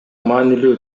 маанилүү